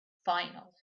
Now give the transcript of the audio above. final